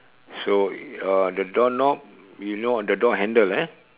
so uh the door knob you know on the door handle eh